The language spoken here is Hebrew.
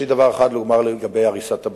יש לי דבר אחד לומר לגבי הריסת הבתים,